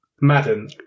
Madden